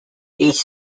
each